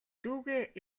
дүүгээ